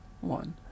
one